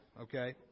okay